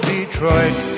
Detroit